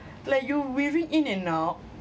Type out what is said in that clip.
like you weaving in and out